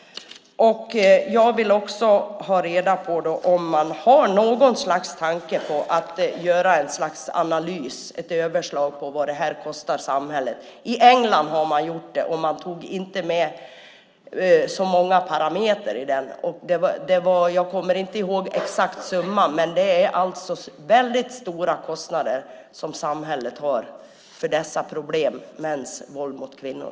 Jag vill också ha reda på om man har någon tanke på att göra något slags analys, ett överslag, på vad det här kostar samhället. I England har man gjort det. Man tog inte med så många parametrar i den, och jag kommer inte ihåg den exakta summan, men det är väldigt stora kostnader som samhället har för dessa problem med mäns våld mot kvinnor.